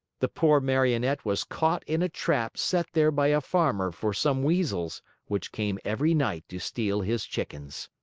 the poor marionette was caught in a trap set there by a farmer for some weasels which came every night to steal his chickens.